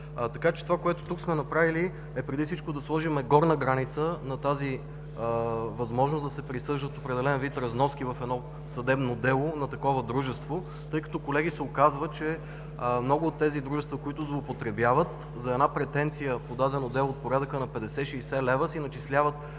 Това, което сме направили тук, е преди всичко да сложим горна граница на възможността да се присъждат определен вид разноски в едно съдебно дело в такова дружество. Колеги, оказва се, че много от тези дружества злоупотребяват – за една претенция по дадено дело в порядъка на 50-60 лв. си начисляват